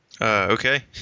okay